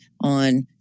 on